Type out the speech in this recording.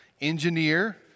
engineer